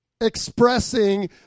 expressing